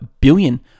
billion